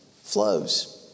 flows